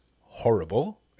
horrible